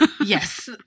Yes